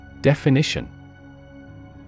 Definition